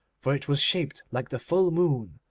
for it was shaped like the full moon,